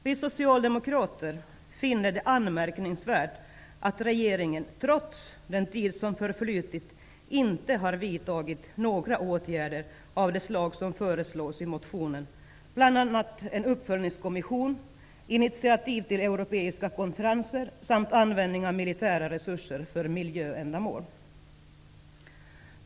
Vi socialdemokrater finner det anmärkningsvärt att regeringen trots den tid som förflutit inte har vidtagit några åtgärder av det slag som föreslås i motionen, bl.a. en uppföljningskommission, initiativ till europeiska konferenser samt användning av militära resurser för miljöändamål.